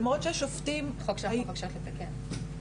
החוק שאנחנו מבקשות לתקן.